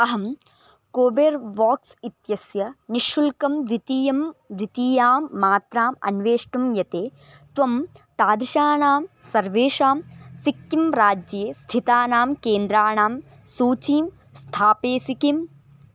अहं कोबेर्वाक्स् इत्यस्य निःशुल्कं द्वितीयं द्वितीयां मात्राम् अन्वेष्टुं यते त्वं तादृशाणां सर्वेषां सिक्किम् राज्ये स्थितानां केन्द्राणां सूचीं स्थापयसि किम्